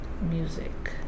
music